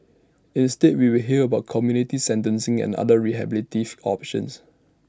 instead we will hear about community sentencing and other rehabilitative options